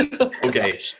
Okay